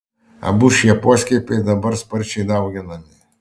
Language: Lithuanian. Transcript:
abu šie poskiepiai dabar sparčiai dauginami